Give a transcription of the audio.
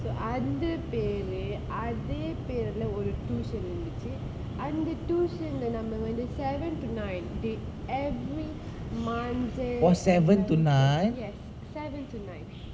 so அந்த பேரு அதே பேருல ஒரு:andha peru athae perula oru tuition இருந்துச்சு அந்த:irunthuchu andha tuition lah நம்ம வந்து:namma vanthu seven to night they every monday yes seven to nine